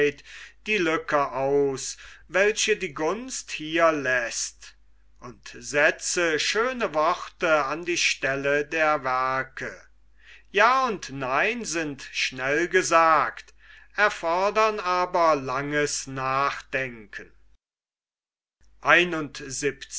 die lücke aus welche die gunst hier läßt und setze schöne worte an die stelle der werke ja und nein sind schnell gesagt erfordern aber langes nachdenken